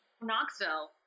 Knoxville